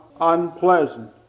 unpleasant